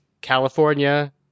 California